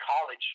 college